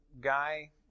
guy